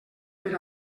per